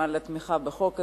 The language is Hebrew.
זה הצבעה אחידה, זה חוק אחיד.